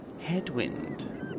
headwind